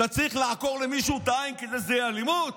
אתה צריך לעקור למישהו את העין כדי שזה יהיה אלימות?